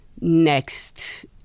next